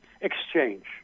exchange